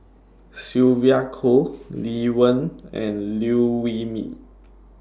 Sylvia Kho Lee Wen and Liew Wee Mee